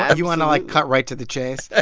ah you want to, like, cut right to the chase?